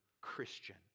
Christian